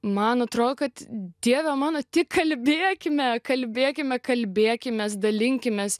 man atrodo kad dieve mano tik kalbėkime kalbėkime kalbėkimės dalinkimės